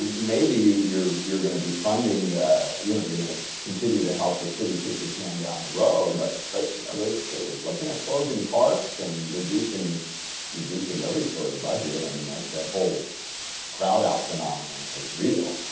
maybe you you're you're going to be funding you know you're going to continue to help the city kick the can down the road, but but you know they're they're looking at closing parks and reducing reducing every sort of budget. i mean that whole crowd out phenomenon is real.